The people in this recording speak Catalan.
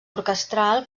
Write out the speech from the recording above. orquestral